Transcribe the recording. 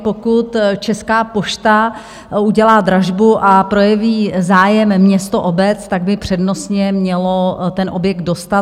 Pokud Česká pošta udělá dražbu a projeví zájem město, obec, tak by přednostně měly ten objekt dostat.